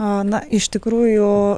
a na iš tikrųjų